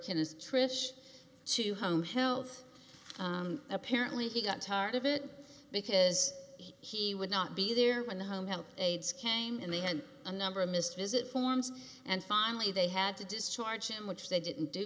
his trish to home health apparently he got tired of it because he would not be there when the home health aides came in they had a number of missed visit forms and finally they had to discharge him which they didn't do